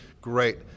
great